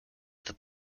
that